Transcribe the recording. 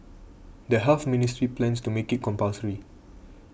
the Health Ministry plans to make it compulsory